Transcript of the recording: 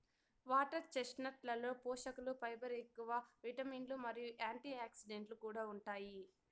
water చెస్ట్నట్లలో పోషకలు fibre ఎక్కువ, విటమిన్లు మరియు యాంటీఆక్సిడెంట్లు కూడా ఉంటాయి